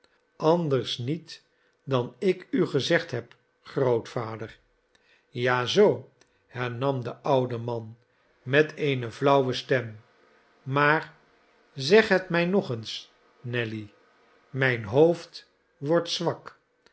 anders niet dan ik u gezegd heb grootvader ja zoo hernam de oude man met eene flauwe stem maar zeg het mij nog eens nelly mijn hoofd wordt zwak